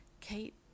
Kate